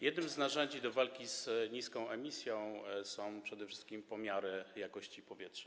Jednym z narzędzi do walki z niską emisją są przede wszystkim pomiary jakości powietrza.